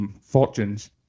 fortunes